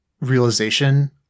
realization